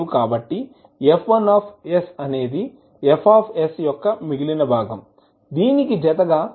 కాబట్టి F1 అనేది F యొక్క మిగిలిన భాగం దీనికి జతగా సంక్లిష్ట పోల్స్ లేవు